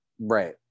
Right